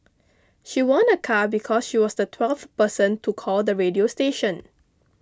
she won a car because she was the twelfth person to call the radio station